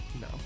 No